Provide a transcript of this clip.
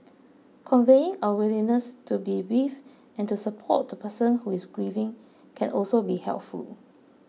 conveying our willingness to be with and to support the person who is grieving can also be helpful